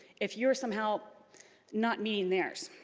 if you're somehow not meeting theirs.